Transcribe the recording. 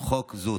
חוק זו.